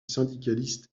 syndicaliste